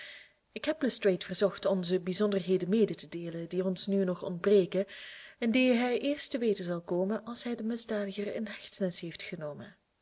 ik heb lestrade verzocht ons de bijzonderheden mede te deelen die ons nu nog ontbreken en die hij eerst te weten zal komen als hij den misdadiger in hechtenis heeft genomen